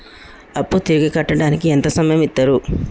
అప్పు తిరిగి కట్టడానికి ఎంత సమయం ఇత్తరు?